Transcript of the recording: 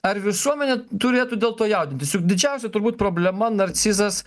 ar visuomenė turėtų dėl to jaudintis juk didžiausia turbūt problema narcizas